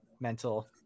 mental